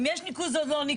אם יש ניקוז או לא ניקוז.